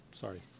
sorry